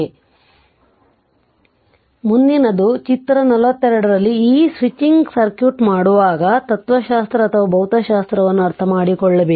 ಆದ್ದರಿಂದ ಮುಂದಿನದು ಚಿತ್ರ 42 ರಲ್ಲಿ ಈ ಸ್ವಿಚಿಂಗ್ ಸರ್ಕ್ಯೂಟ್ ಮಾಡುವಾಗ ತತ್ವಶಾಸ್ತ್ರ ಅಥವಾ ಭೌತಶಾಸ್ತ್ರವನ್ನು ಅರ್ಥಮಾಡಿಕೊಳ್ಳಬೇಕು